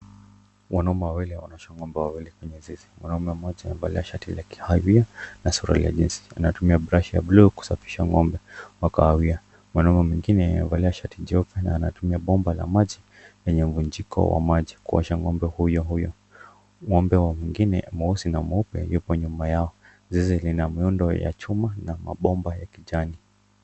Wanaume wawili wanaosha ng'ombe wawili kwenye zizi Mwanaume mmoja amevalia shati la kiharia na suruali ya jeans . Anatumia brashi ya buluu kusafisha ng'ombe wa kahawia. Mwanaume mwingie amevalia shati jeupe na anatumia bomba la maji lenye mvunjiko wa maji kuosha ng'ombe huyo huyo. Ng'ombe mwingine mweusi na mweupe yupo nyuma yao. Zizi lina muundo wa chuma na mabomba ya kijani.